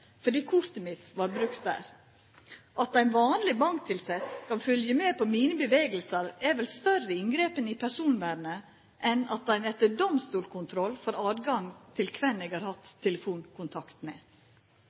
fordi kortet mitt var brukt der. At ein vanleg banktilsett kan følgja med på bevegelsane mine, er vel eit større inngrep i personvernet enn at ein etter domstolskontroll får rett til å vita kven eg har hatt telefonkontakt med.